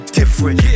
different